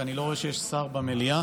אני לא רואה שיש שר במליאה,